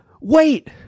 Wait